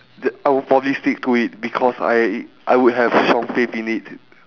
the~ I'll probably stick to it because I I would have some faith in it